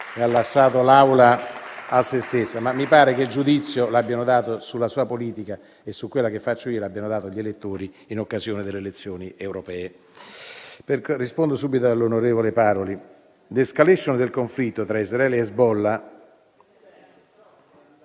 comunque che il giudizio sulla sua politica e su quella che faccio io l'abbiano dato gli elettori in occasione delle elezioni europee. Rispondo subito all'onorevole Paroli. L'*escalation* del conflitto tra Israele e Hezbollah…